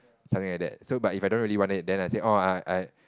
something like that so but if I don't really want it then I say oh I I